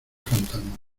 fantasmas